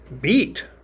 beat